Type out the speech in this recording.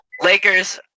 Lakers